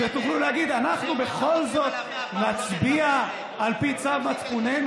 שתוכלו להגיד: אנחנו בכל זאת נצביע על פי צו מצפוננו,